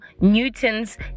Newton's